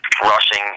rushing